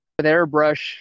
airbrush